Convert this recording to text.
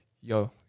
yo